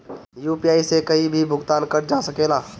UPI से कहीं भी भुगतान कर जा सकेला?